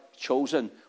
chosen